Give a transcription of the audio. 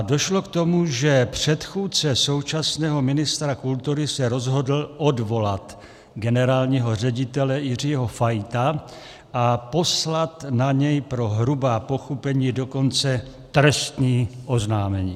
Došlo k tomu, že předchůdce současného ministra kultury se rozhodl odvolat generálního ředitele Jiřího Fajta a poslat na něj pro hrubá pochybení dokonce trestní oznámení.